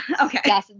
Okay